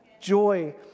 Joy